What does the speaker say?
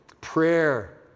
prayer